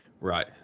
Right